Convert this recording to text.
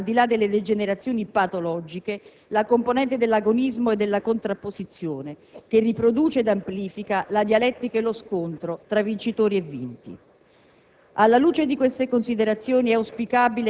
in cui è strutturalmente presente, al di là delle degenerazioni patologiche, la componente dell'agonismo e della contrapposizione che riproduce ed amplifica la dialettica e lo scontro tra vincitori e vinti.